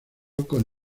con